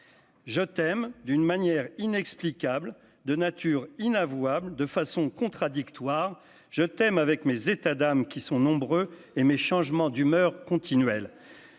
je t'aime, d'une manière inexplicable de nature inavouable de façon contradictoire, je t'aime avec mes états d'âme, qui sont nombreux et mais changement d'humeur continuelle,